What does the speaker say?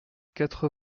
quatre